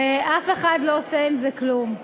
ואף אחד לא עושה עם זה כלום,